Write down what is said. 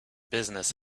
business